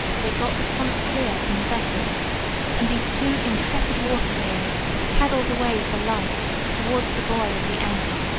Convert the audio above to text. they got the punt clear from the vessel and these two intrepid water heroes paddled away for life towards the buoy of the anchor.